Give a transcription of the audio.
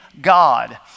God